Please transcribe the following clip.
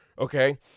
okay